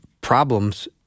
problems